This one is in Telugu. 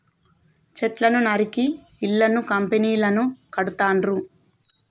చెట్లను నరికి ఇళ్లను కంపెనీలను కడుతాండ్రు